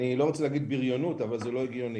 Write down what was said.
אני לא רוצה לקרוא לזה בריונות אבל זה לא הגיוני.